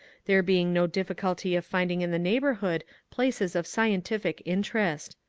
there being no difficulty of finding in the neighbourhood places of scientific interest.